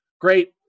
Great